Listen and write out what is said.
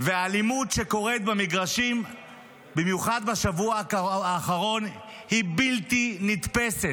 והאלימות שקורית במגרשים במיוחד בשבוע האחרון היא בלתי נתפסת.